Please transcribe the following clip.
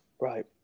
right